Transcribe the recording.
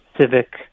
civic